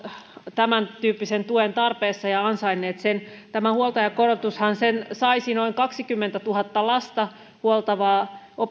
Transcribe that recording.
tämän tyyppisen tuen tarpeessa ja ansainneet sen huoltajakorotuksenhan saisi noin kaksikymmentätuhatta lasta huoltavaa